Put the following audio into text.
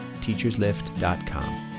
teacherslift.com